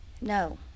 No